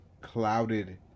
clouded